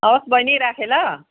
हवस् बहिनी राखेँ ल